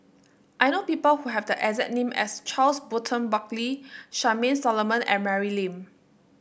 I know people who have the exact name as Charles Burton Buckley Charmaine Solomon and Mary Lim